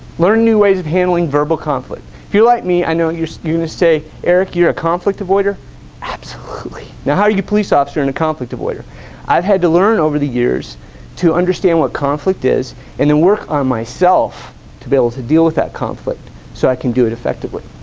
learn new ways of handling verbal conflict you like me i know you stay eric your conflict avoider now you police officer and a conflict avoider i had to learn over the years to understand what conflict is in the work on myself to be able to deal with that conflict so i can do it effectively